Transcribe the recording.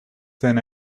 thin